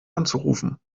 anzurufen